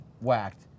whacked